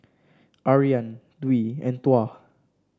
Aryan Dwi and Tuah